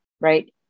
right